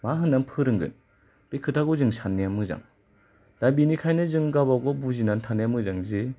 मा होनान फोरोंगोन बे खोथाखौ जोङो साननाया मोजां दा बेनिखायनो जों गावबागाव बुजिनानै थानाया मोजां